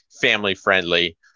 family-friendly